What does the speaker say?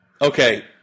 Okay